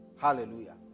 hallelujah